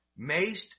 maced